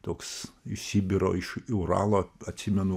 toks iš sibiro iš uralo atsimenu